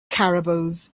caribous